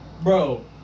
Bro